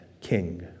king